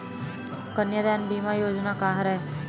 कन्यादान बीमा योजना का हरय?